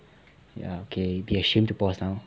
ya okay it'll be a shame to pause now